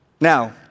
Now